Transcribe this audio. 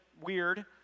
weird